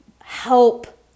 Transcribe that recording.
Help